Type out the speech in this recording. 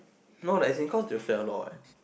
no like as in like cause they will fail a lot [what]